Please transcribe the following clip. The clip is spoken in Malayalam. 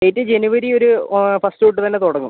ഡേറ്റ് ജനുവരി ഒരു ഫസ്റ്റ് തൊട്ട് തന്നെ തുടങ്ങും